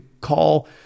call